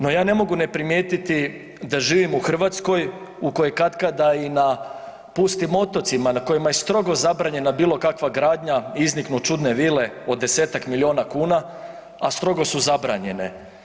No ja ne mogu ne primijetiti da živim u Hrvatskoj u kojoj katkada na pustim otocima na kojima je strogo zabranjena bilokakva gradnja, izniknu čudne vile od 10-ak milijuna kuna a strogo su zabranjene.